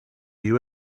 you